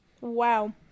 Wow